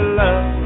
love